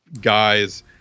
guys